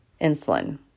insulin